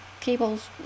cables